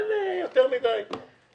אין יותר מדי מה להתעסק בזה.